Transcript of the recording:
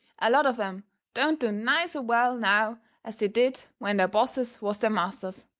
a lot of em don't do nigh so well now as they did when their bosses was their masters,